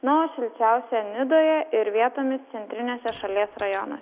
na o šilčiausia nidoje ir vietomis centriniuose šalies rajonuose